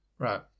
Right